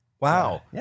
Wow